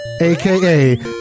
aka